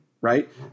right